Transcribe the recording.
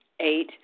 Eight